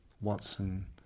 Watson